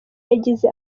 yagize